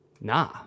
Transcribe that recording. Nah